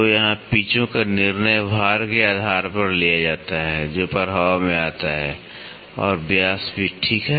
तो यहाँ पिचों का निर्णय भार के आधार पर लिया जाता है जो प्रभाव में आता है और व्यास भी ठीक है